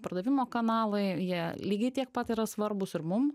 pardavimo kanalai jie lygiai tiek pat yra svarbūs ir mum